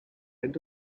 end